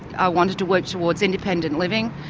i wanted to work towards independent living,